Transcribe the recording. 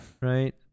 right